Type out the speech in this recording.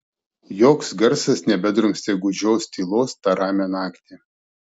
joks garsas nebedrumstė gūdžios tylos tą ramią naktį